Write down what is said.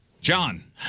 John